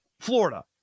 Florida